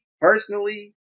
personally